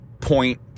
point